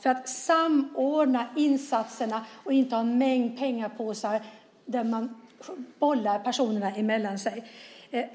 för att samordna insatserna i stället för att ha en mängd penningpåsar som personerna ska bollas mellan.